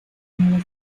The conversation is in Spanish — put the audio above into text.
nuevas